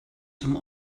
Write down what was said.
dem